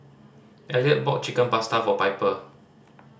Eliot bought Chicken Pasta for Piper